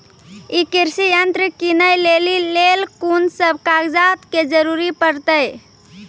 ई कृषि यंत्र किनै लेली लेल कून सब कागजात के जरूरी परतै?